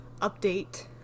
update